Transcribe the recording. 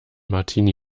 martini